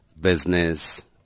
business